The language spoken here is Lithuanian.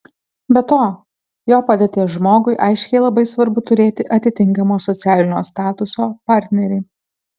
be to jo padėties žmogui aiškiai labai svarbu turėti atitinkamo socialinio statuso partnerį